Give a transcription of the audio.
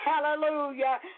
Hallelujah